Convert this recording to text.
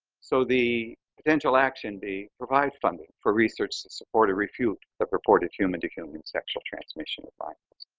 so the potential action be provide funding for research to support or refute of reported human to human sexual transmission of lyme